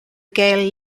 gael